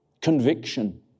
Conviction